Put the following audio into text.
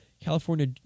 California